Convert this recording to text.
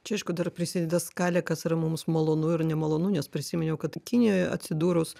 čia aišku dar prisideda skalė kas yra mums malonu ir nemalonu nes prisiminiau kad kinijoje atsidūrus